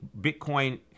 Bitcoin